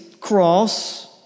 cross